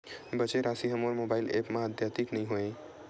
बचे राशि हा मोर मोबाइल ऐप मा आद्यतित नै होए हे